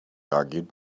argued